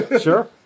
sure